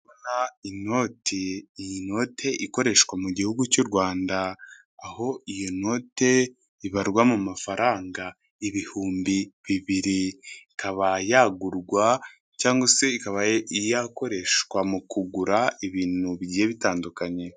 Ndabona inote iyi note ikoreshwa mu gihugu cy'u Rwanda, aho iyo note ibarwa mu mafaranga ibihumbi bibiri, ikaba yagurwa cyangwa se ikaba yakoreshwa mu kugura ibintu bigiye bitandukanye.